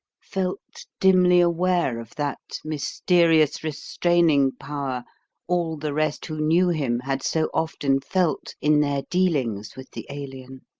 felt dimly aware of that mysterious restraining power all the rest who knew him had so often felt in their dealings with the alien.